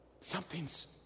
Something's